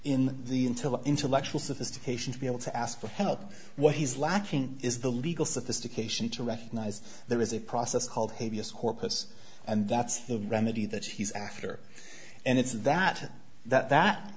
in the until intellectual sophistication to be able to ask for help what he's lacking is the legal sophistication to recognize there is a process called hey vs corpus and that's the remedy that he's after and it's that that that